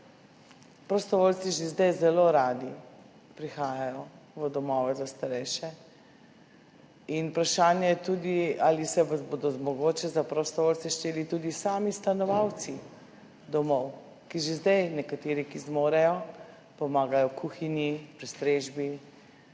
prostovoljci že zdaj zelo radi prihajajo v domove za starejše. Vprašanje je tudi, ali se bodo za prostovoljce mogoče šteli tudi sami stanovalci domov, že zdaj nekateri, ki zmorejo, pomagajo v kuhinji pri strežbi,